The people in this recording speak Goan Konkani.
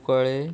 कुंकळ्ळे